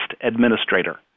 administrator